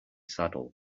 saddle